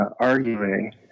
arguing